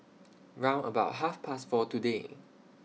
round about Half Past four today